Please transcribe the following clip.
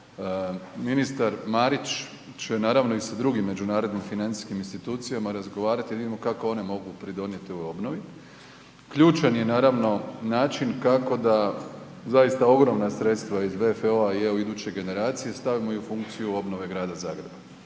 ministar Marić će naravno i sa drugim međunarodnim financijskim institucijama razgovarati da vidimo kako oni mogu pridonijeti ovoj obnovi. Ključan je naravno način kako da zaista ogromna sredstva iz WFO-a i evo iduće generacije stavimo i u funkciju obnove Grada Zagreba.